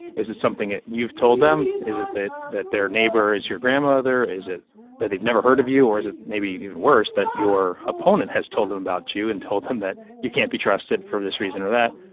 is it something that you've told them? is it that that their neighbor is your grandmother? is it that they've never heard of you? or is it, maybe even worse, that your opponent has told them about you and told them that you can't be trusted for this reason or that,